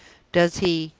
does he?